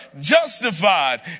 justified